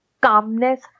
calmness